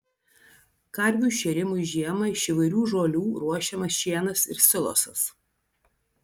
karvių šėrimui žiemą iš įvairių žolių ruošiamas šienas ir silosas